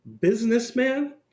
businessman